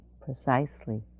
precisely